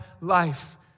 life